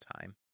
time